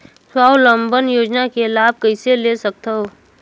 स्वावलंबन योजना के लाभ कइसे ले सकथव?